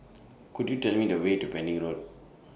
Could YOU Tell Me The Way to Pending Road